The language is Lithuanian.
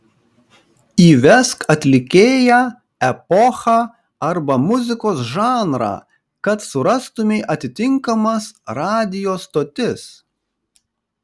įvesk atlikėją epochą arba muzikos žanrą kad surastumei atitinkamas radijo stotis